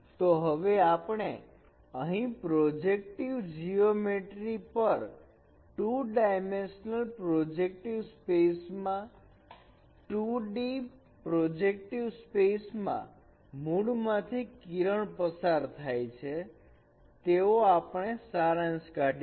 તો હવે આપણે અહીં પ્રોજેક્ટિવ જીયોમેટ્રિ પર 2 ડાયમેન્શનલ પ્રોજેક્ટિવ સ્પેસ માં બિંદુ 2D પ્રોજેક્ટિવ સ્પેસ માં મૂળમાંથી કિરણ પસાર થાય છે તેવો આપણે સારાંશ કાઢીશું